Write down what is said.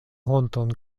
honton